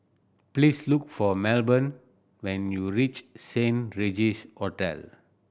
please look for Melbourne when you reach Saint Regis Hotel